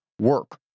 work